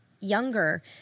younger